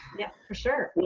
yeah, for sure. well,